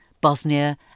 Bosnia